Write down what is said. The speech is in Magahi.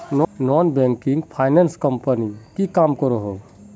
नॉन बैंकिंग फाइनांस कंपनी की काम करोहो?